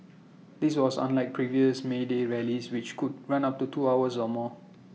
this was unlike previous may day rallies which could run up to two hours or more